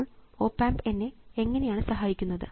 ഇപ്പോൾ op amp എന്നെ എങ്ങനെയാണ് സഹായിക്കുന്നത്